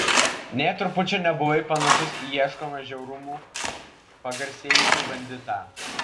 nė trupučio nebuvai panašus į ieškomą žiaurumu pagarsėjusį banditą